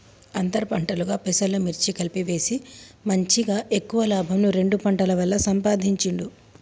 అంతర్ పంటలుగా పెసలు, మిర్చి కలిపి వేసి మంచిగ ఎక్కువ లాభంను రెండు పంటల వల్ల సంపాధించిండు